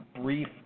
brief